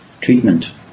treatment